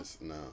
No